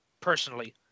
personally